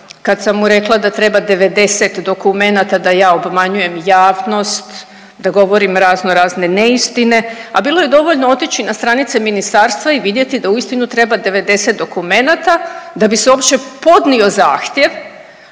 kad sam mu rekla da treba 90 dokumenata, da ja obmanjujem javnost, da govorim raznorazne neistine, a bilo je dovoljno otići na stranice Ministarstva i vidjeti da uistinu treba 90 dokumenata da bi se uopće podnio zahtjev,